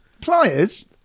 Pliers